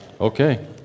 Okay